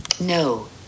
No